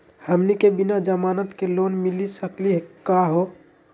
हमनी के बिना जमानत के लोन मिली सकली क हो?